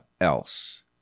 else